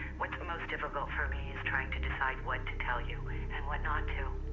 what's most difficult for me is trying to decide what to tell you and what not to.